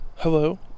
Hello